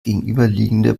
gegenüberliegende